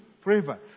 forever